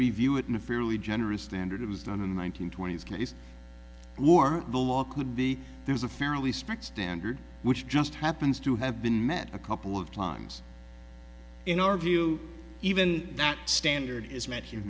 review it in a fairly generous standard it was done in one nine hundred twenty s case the law could be there was a fairly spec standard which just happens to have been met a couple of times in our view even that standard is met he